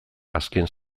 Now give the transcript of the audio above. azken